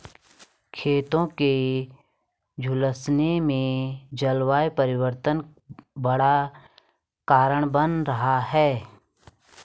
खेतों के झुलसने में जलवायु परिवर्तन बड़ा कारण बन रहा है